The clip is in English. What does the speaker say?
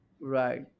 Right